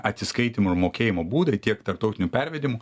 atsiskaitymo ir mokėjimo būdai tiek tarptautinių pervedimų